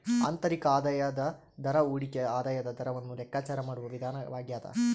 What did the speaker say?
ಆಂತರಿಕ ಆದಾಯದ ದರ ಹೂಡಿಕೆಯ ಆದಾಯದ ದರವನ್ನು ಲೆಕ್ಕಾಚಾರ ಮಾಡುವ ವಿಧಾನವಾಗ್ಯದ